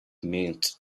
meant